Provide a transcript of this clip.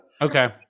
okay